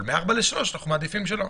אבל מ-16:00 ל-15:00 אנחנו מעדיפים שלא.